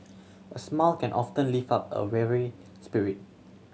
a smile can often lift up a weary spirit